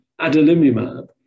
adalimumab